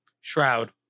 Shroud